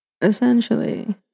Essentially